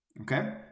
Okay